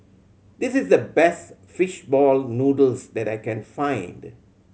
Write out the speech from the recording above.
this is the best fish ball noodles that I can find